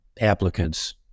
applicants